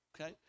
Okay